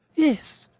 yes,